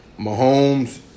Mahomes